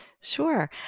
Sure